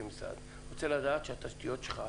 כמשרד, רוצה לדעת שהתשתיות שלך,